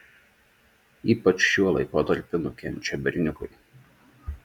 ypač šiuo laikotarpiu nukenčia berniukai